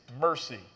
mercy